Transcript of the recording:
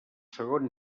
segon